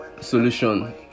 solution